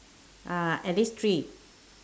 uh at least three